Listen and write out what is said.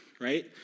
right